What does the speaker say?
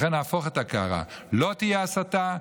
לכן, נהפוך את הקערה: לא תהיה הסתה,